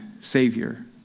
Savior